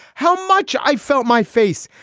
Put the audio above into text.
how much i felt my face.